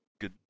good